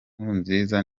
nkurunziza